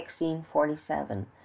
1647